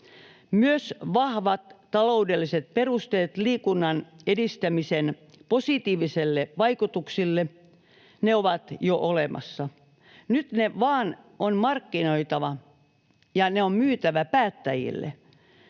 Myös vahvat taloudelliset perusteet liikunnan edistämisen positiivisille vaikutuksille ovat jo olemassa. Nyt ne vain on markkinoitava, ja ne on myytävä päättäjille.